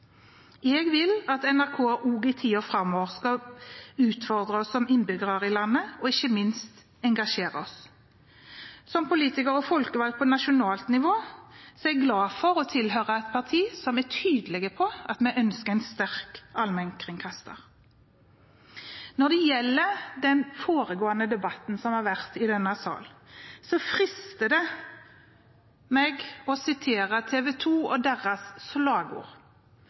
Jeg vil at NRK også i tiden framover skal utfordre oss som er innbyggere her i landet, og ikke minst engasjere oss. Som politiker og folkevalgt på nasjonalt nivå er jeg glad for å tilhøre et parti som er tydelig på at vi ønsker en sterk allmennkringkaster. Når det gjelder den foregående debatten som har vært i denne sal, frister det meg å sitere TV 2 og deres slagord